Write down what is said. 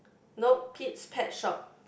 nope pit's pet shop